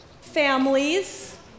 families